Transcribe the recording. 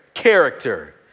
Character